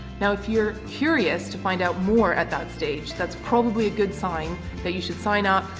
now if you're curious to find out more at that stage, that's probably a good sign that you should sign up.